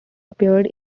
appeared